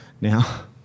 now